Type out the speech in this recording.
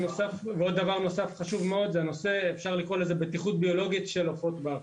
דבר חשוב נוסף זה נושא הבטיחות הביולוגית של עופות בר.